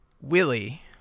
Willie